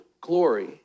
glory